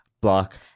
block